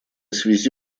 связи